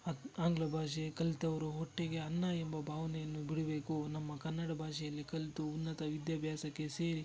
ಅಗ್ ಆಂಗ್ಲ ಭಾಷೆ ಕಲಿತವ್ರು ಒಟ್ಟಿಗೆ ಅನ್ನೋ ಎಂಬ ಭಾವನೆಯನ್ನು ಬಿಡಬೇಕು ನಮ್ಮ ಕನ್ನಡ ಭಾಷೆಯಲ್ಲಿ ಕಲಿತು ಉನ್ನತ ವಿದ್ಯಾಭ್ಯಾಸಕ್ಕೆ ಸೇರಿ